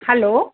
hello